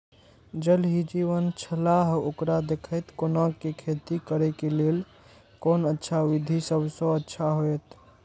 ज़ल ही जीवन छलाह ओकरा देखैत कोना के खेती करे के लेल कोन अच्छा विधि सबसँ अच्छा होयत?